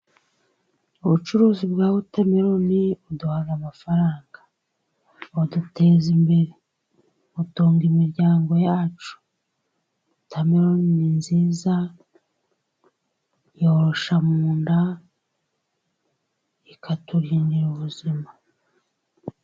Ubucuruzi bwa watermeloun buduha amafaranga, buduteza imbere, butunga imiryango yacu. Watermeloun ni nziza yorosha mu nda, ikaturindira ubuzima.